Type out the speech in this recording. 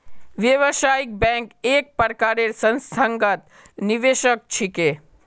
व्यावसायिक बैंक एक प्रकारेर संस्थागत निवेशक छिके